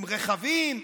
עם רכבים.